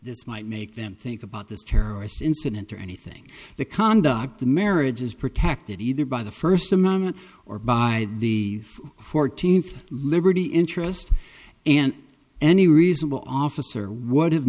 this might make them think about this terrorist incident or anything the conduct the marriage is protected either by the first amendment or by the fourteenth liberty interest and any reasonable officer would